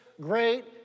great